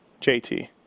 jt